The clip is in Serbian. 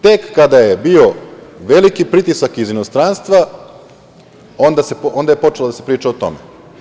Tek kada je bio veliki pritisak iz inostranstva, onda je počelo da se priča o tome.